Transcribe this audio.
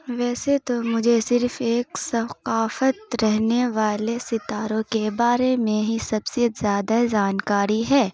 ویسے تو مجھے صرف ایک ثقافت رہنے والے ستاروں کے بارے میں ہی سب سے زیادہ جانکاری ہے